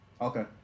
Okay